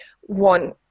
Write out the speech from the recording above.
one